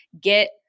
get